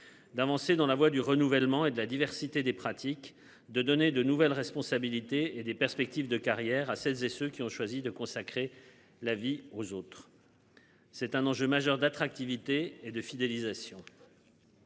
D'avancer dans la voie du renouvellement et de la diversité des pratiques de donner de nouvelles responsabilités et des perspectives de carrière à celles et ceux qui ont choisi de consacrer la vie aux autres. C'est un enjeu majeur d'attractivité et de fidélisation.